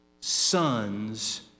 sons